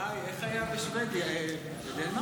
מאי, איך היה בשבדיה, בדנמרק?